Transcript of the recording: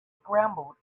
scrambled